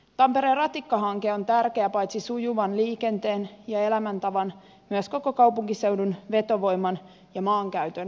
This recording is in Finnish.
tampereen ratikkahanke on tärkeä paitsi sujuvan liikenteen ja elämäntavan myös koko kaupunkiseudun vetovoiman ja maankäytön edistämiseksi